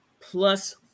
plus